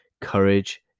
courage